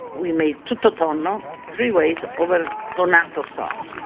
we made tutto tonno three ways over ah tonnato sauce.